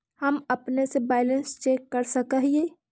हम अपने से बैलेंस चेक कर सक हिए?